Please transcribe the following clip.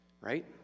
Right